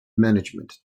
management